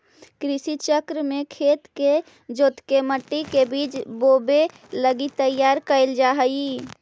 कृषि चक्र में खेत के जोतके मट्टी के बीज बोवे लगी तैयार कैल जा हइ